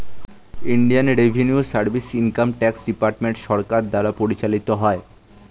Indian revenue service income tax department সরকার দ্বারা পরিচালিত হয়